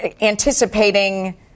anticipating